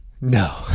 No